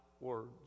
words